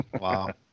wow